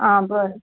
आ बरें